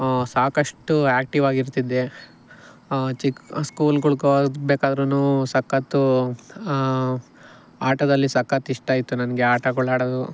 ಸಾಕಷ್ಟು ಆಕ್ಟಿವ್ ಆಗಿರ್ತಿದ್ದೆ ಚಿಕ್ಕ ಸ್ಕೂಲ್ಗಳಿಗೆ ಹೋಗ್ಬೇಕಾದ್ರೂ ಸಕತ್ತು ಆಟದಲ್ಲಿ ಸಕತ್ತು ಇಷ್ಟ ಇತ್ತು ನನಗೆ ಆಟಗಳು ಆಡೋದು